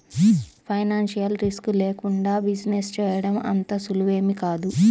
financial risk లేకుండా business చేయడం అంత సులువేమీ కాదు